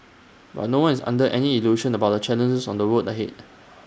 but no one is under any illusion about the challenges on the road ahead